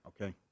Okay